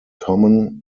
common